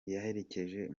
yaherekeje